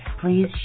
please